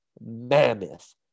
mammoth